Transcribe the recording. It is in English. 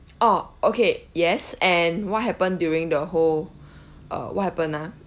orh okay yes and what happened during the whole uh what happened ah